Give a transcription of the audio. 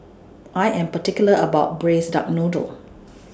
I Am particular about Braised Duck Noodle